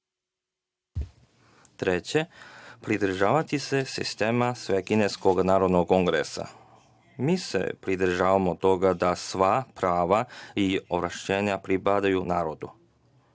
Treće, pridržavati se sistema Svekineskog narodnog kongresa. Mi se pridržavamo toga da sva prava i ovlašćenja pripadaju narodu.